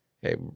Hey